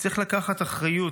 צריך לקחת אחריות,